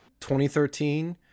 2013